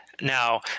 now